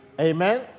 Amen